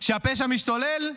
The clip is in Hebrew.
כשהפשע משתולל,